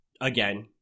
again